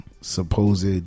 supposed